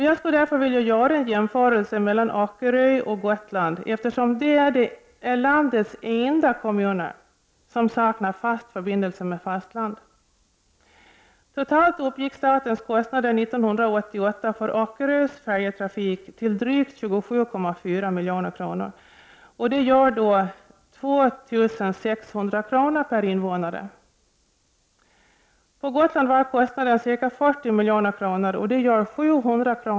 Jag skulle därför vilja göra en jämförelse mellan Öckerö och Gotland, eftersom de är landets enda kommuner som saknar fast förbindelse med fastlandet. Totalt uppgick statens kostnader 1988 för Öckerös färjetrafik till drygt 27,4 milj.kr., alltså ca 2 600 kr. per invånare. På Gotland var kostnaden ca 40 milj.kr., vilket är 700 kr.